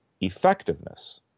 effectiveness